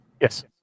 Yes